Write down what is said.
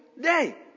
day